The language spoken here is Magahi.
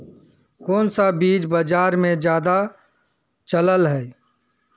कोन सा बीज बाजार में ज्यादा चलल है?